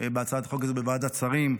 בהצעת החוק הזו בוועדת השרים,